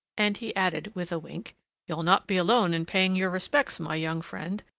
and he added, with a wink you'll not be alone in paying your respects, my young friend.